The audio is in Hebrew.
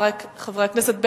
חברי חברי הכנסת,